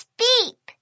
beep